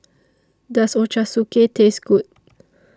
Does Ochazuke Taste Good